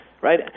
right